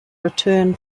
return